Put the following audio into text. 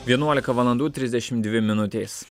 vienuolika valandų trisdešim dvi minutės